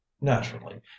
naturally